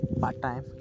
part-time